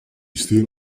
still